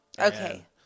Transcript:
Okay